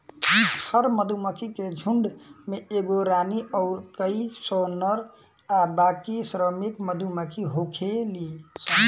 हर मधुमक्खी के झुण्ड में एगो रानी अउर कई सौ नर आ बाकी श्रमिक मधुमक्खी होखेली सन